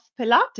pilates